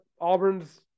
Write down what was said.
Auburn's